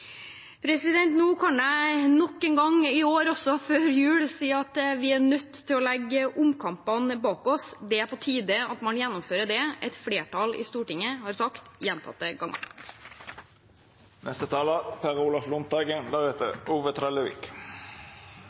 Nå kan jeg nok en gang, i år også før jul, si at vi er nødt til å legge omkampene bak oss. Det er på tide at man gjennomfører det et flertall i Stortinget har sagt gjentatte ganger.